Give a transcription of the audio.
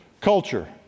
culture